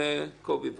קובי, בבקשה.